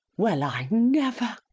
well i never!